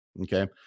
okay